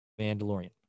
Mandalorian